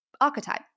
archetype